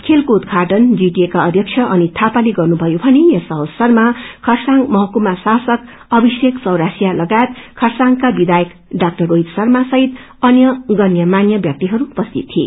खेलको उद्घाटन जीटिए का अध्यक्ष अनित थापाले गर्नुभयो भने यस अवसरमा खरसाङ महकुमा शासक अभिषे चौरसिया लगायत खरसाका विधायक डाक्अर रोहित शर्मा सहित अन्य गन्यमान्य व्याक्ति उपस्थित थिए